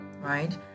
right